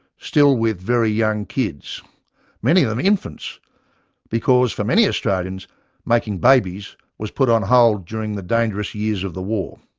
still with very young kids many of them infants because for many australians making babies was put on hold during the dangerous years of the war.